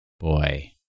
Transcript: Boy